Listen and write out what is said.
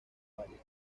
varias